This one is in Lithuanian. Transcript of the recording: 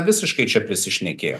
visiškai čia prisišnekėjo